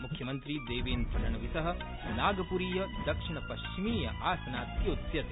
मुख्यमन्त्री देवेन्द्रफडणवीस नागप्रीय दक्षिणपश्चिमीयासनात् योत्स्यति